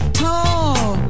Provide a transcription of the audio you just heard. tall